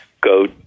go